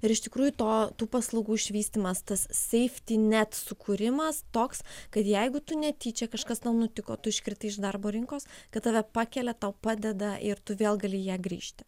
ir iš tikrųjų to tų paslaugų išvystymas tas sefti net sukūrimas toks kad jeigu tu netyčia kažkas tau nutiko tu iškritai iš darbo rinkos kad tave pakelia tau padeda ir tu vėl gali ją grįžti